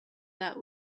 that